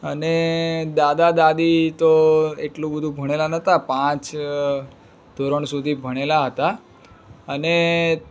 અને દાદા દાદી તો એટલું બધું ભણેલાં નહોતાં પાંચ ધોરણ સુધી ભણેલાં હતાં અને